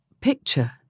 picture